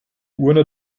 urne